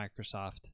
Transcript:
Microsoft